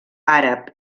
àrab